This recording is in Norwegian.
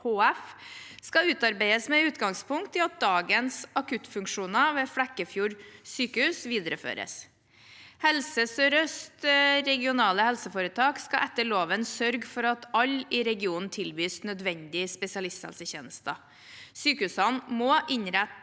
skal utarbeides med utgangspunkt i at dagens akuttfunksjoner ved Flekkefjord sykehus videreføres». Helse sør-øst RHF skal etter loven sørge for at alle i regionen tilbys nødvendige spesialisthelsetjenester. Sykehusene må innrette